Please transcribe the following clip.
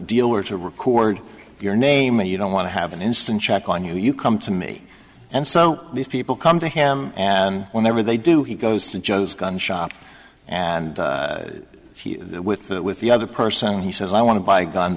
dealer to record your name and you don't want to have an instant check on you you come to me and so these people come to him and whenever they do he goes to joe's gun shop and with that with the other person he says i want to buy a gun